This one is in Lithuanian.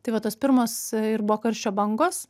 tai va tos pirmos ir buvo karščio bangos